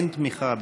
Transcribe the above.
אין תמיכה,